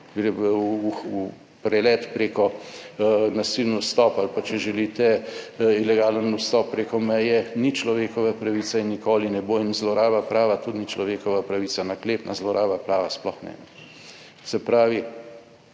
ne bodo. V prelet preko nasilen vstop ali pa če želite ilegalen vstop preko meje ni človekova pravica in nikoli ne bo in zloraba prava tudi ni človekova pravica, naklepna zloraba prava sploh. Se pravi,